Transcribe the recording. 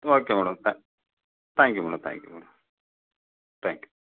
okay madam thank you madam thank you madam thank you